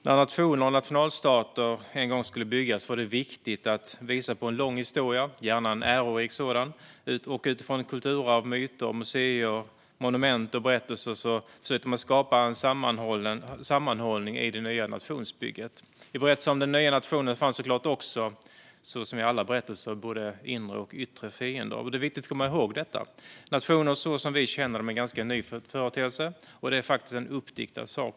När nationer och nationalstater en gång skulle byggas var det viktigt att kunna visa upp en lång historia, gärna en ärorik sådan, och utifrån ett kulturarv - myter, museer, monument och berättelser - försökte man skapa en sammanhållning i det nya nationsbygget. I berättelsen om den nya nationen fanns det såklart också, som i alla berättelser, både inre och yttre fiender. Det är viktigt att komma ihåg detta: Nationer så som vi känner dem är en ganska ny företeelse, och en nation är faktiskt en uppdiktad sak.